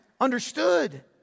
understood